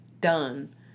done